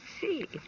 See